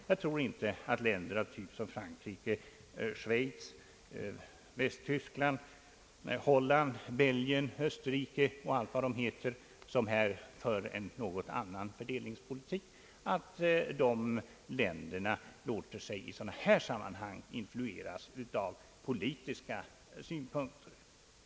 Jag tror inte att länder av typen Frankrike, Schweiz, Västtyskland, Holland, Belgien, Österrike och allt vad de heter som här för en något annan fördelningspolititik låter sig influeras av politiska synpunkter i sådana sammanhang.